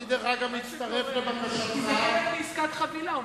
זה חלק מעסקת חבילה.